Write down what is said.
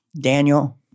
Daniel